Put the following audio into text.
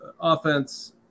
offense